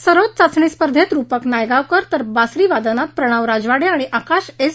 सरोद चाचणी स्पर्धेत रुपक नायगावकर तर बासरी वादनात प्रणव राजवाडे आणि आकाश एस